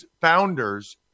founders